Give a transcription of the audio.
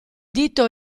dito